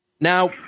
Now